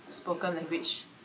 spoken language